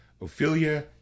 Ophelia